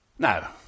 Now